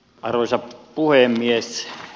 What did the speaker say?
arvoisa puhemies